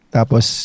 Tapos